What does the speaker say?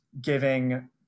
giving